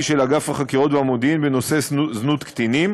של אגף החקירות והמודיעין בנושא זנות קטינים